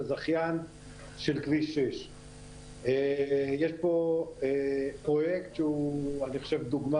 זכיין של כביש 6. יש פה פרויקט שהוא אני חושב דוגמה